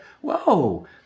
whoa